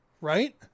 Right